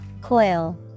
Coil